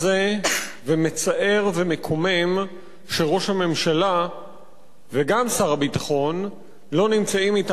ומצער ומקומם שראש הממשלה וגם שר הביטחון לא נמצאים אתנו היום בדיון,